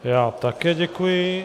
Já také děkuji.